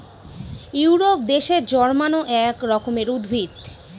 Europe দেশে জন্মানো এক রকমের উদ্ভিদ